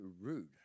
rude